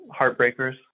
heartbreakers